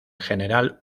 general